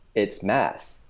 it's math,